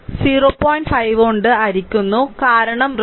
5 കൊണ്ട് ഹരിക്കുന്നു കാരണം റെസിസ്റ്റൻസ് 0